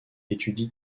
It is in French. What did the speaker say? étudient